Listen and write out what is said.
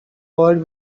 world